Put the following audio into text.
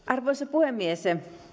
arvoisa puhemies